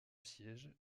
siège